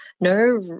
no